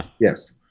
Yes